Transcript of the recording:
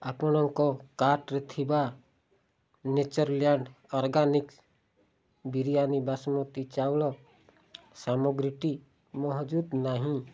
ଆପଣଙ୍କ କାର୍ଟ୍ରେ ଥିବା ନେଚର୍ଲ୍ୟାଣ୍ଡ୍ଡ ଅର୍ଗାନିକ୍ସ୍ ବିରିୟାନି ବାସୁମତୀ ଚାଉଳ ସାମଗ୍ରୀଟି ମହଜୁଦ୍ ନାହିଁ